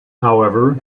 however